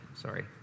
sorry